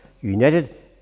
united